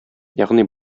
ягъни